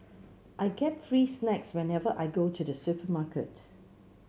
I get free snacks whenever I go to the supermarket